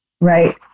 right